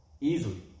easily